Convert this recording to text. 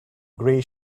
gray